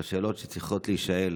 והשאלות שצריכות להישאל,